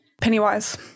Pennywise